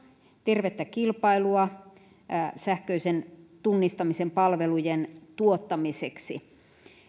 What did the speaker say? tervettä kilpailua sähköisen tunnistamisen palvelujen tuottamiseksi